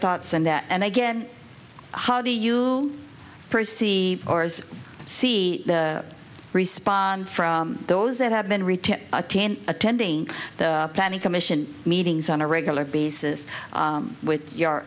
thoughts and that and again how do you perceive ours see the response from those that have been read to attending the planning commission meetings on a regular basis with your